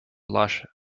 lush